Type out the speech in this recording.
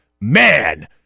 man